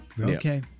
Okay